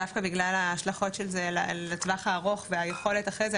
דווקא בגלל ההשלכות של זה לטווח הארוך והיכולת אחרי זה,